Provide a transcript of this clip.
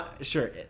sure